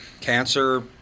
cancer